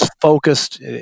focused